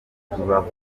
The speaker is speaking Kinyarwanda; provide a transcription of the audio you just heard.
rubavu